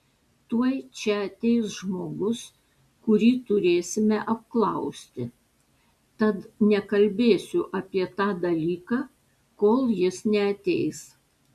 tuoj čia ateis žmogus kurį turėsime apklausti tad nekalbėsiu apie tą dalyką kol jis neateis